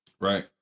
Right